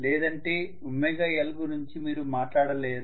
లేదంటే ωL గురించి మీరు మాట్లాడలేరు